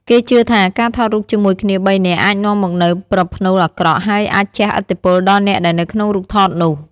គេជឿថា ការថតរូបជាមួយគ្នាបីនាក់អាចនាំមកនូវប្រផ្នូលអាក្រក់ ហើយអាចជះឥទ្ធិពលដល់អ្នកដែលនៅក្នុងរូបថតនោះ។